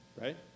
right